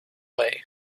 way